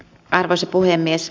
arvoisa puhemies